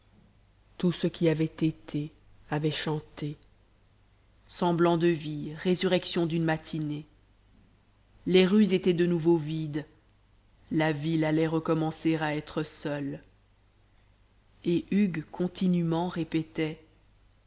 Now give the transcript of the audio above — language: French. tout ce qui avait été avait chanté semblant de vie résurrection d'une matinée les rues étaient de nouveau vides la ville allait recommencer à être seule et hugues continûment répétait